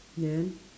yeah